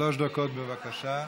שלוש דקות, בבקשה.